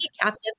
captive